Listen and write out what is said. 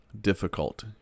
Difficult